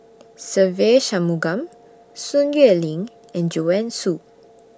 Se Ve Shanmugam Sun Xueling and Joanne Soo